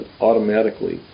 automatically